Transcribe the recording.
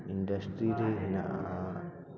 industry ᱨᱮ ᱦᱮᱱᱟᱜᱼᱟ